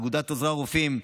ולאגודת עוזרי הרופאים.